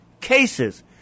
cases